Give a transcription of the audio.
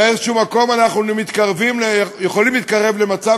באיזשהו מקום אנחנו יכולים להתקרב למצב